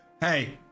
Hey